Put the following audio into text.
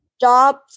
jobs